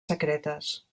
secretes